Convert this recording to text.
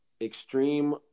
Extreme